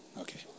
Okay